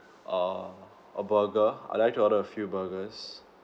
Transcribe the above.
a a burger I would like to order a few burgers